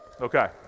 Okay